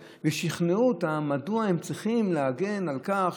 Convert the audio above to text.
ושכנעו אותם מדוע הם צריכים להגן על כך,